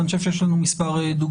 ואני חושב שיש לנו מספר דוגמאות.